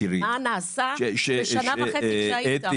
מה נעשה בשנה וחצי שהיית?